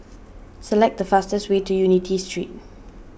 select the fastest way to Unity Street